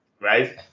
right